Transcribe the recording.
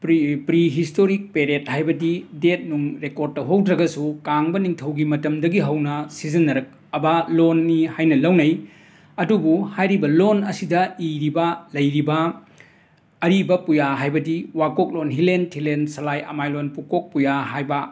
pre prehistoric period ꯍꯥꯏꯕꯗꯤ ꯗꯦꯠꯅꯨꯡ record ꯇꯧꯍꯧꯗ꯭ꯔꯒꯁꯨ ꯀꯥꯡꯕ ꯅꯤꯡꯊꯧꯒꯤ ꯃꯇꯝꯗꯒꯤ ꯍꯧꯅ ꯁꯤꯖꯤꯟꯅꯔꯛꯑꯕ ꯂꯣꯟꯅꯤ ꯍꯥꯏꯅ ꯂꯧꯅꯩ ꯑꯗꯨꯕꯨ ꯍꯥꯏꯔꯤꯕ ꯂꯣꯟ ꯑꯁꯤꯗ ꯏꯔꯤꯕ ꯂꯩꯔꯤꯕ ꯑꯔꯤꯕ ꯄꯨꯌꯥ ꯍꯥꯏꯕꯗꯤ ꯋꯥꯀꯣꯛꯂꯣꯟ ꯍꯤꯂꯦꯟ ꯊꯤꯂꯦꯟ ꯁꯂꯥꯏ ꯑꯃꯥꯏꯂꯣꯟ ꯄꯨꯀꯣꯛ ꯄꯨꯌꯥ ꯍꯥꯏꯕ